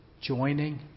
joining